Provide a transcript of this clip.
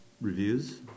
reviews